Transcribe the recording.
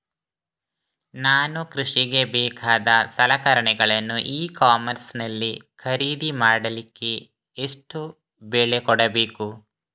ನಾನು ಕೃಷಿಗೆ ಬೇಕಾದ ಸಲಕರಣೆಗಳನ್ನು ಇ ಕಾಮರ್ಸ್ ನಲ್ಲಿ ಖರೀದಿ ಮಾಡಲಿಕ್ಕೆ ಎಷ್ಟು ಬೆಲೆ ಕೊಡಬೇಕು?